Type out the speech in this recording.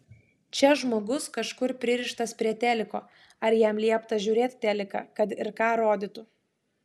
čia žmogus kažkur pririštas prie teliko ar jam liepta žiūrėt teliką kad ir ką rodytų